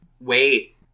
wait